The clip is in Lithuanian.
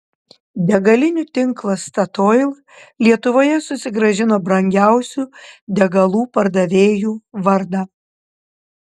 degalinių tinklas statoil lietuvoje susigrąžino brangiausių degalų pardavėjų vardą